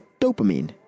dopamine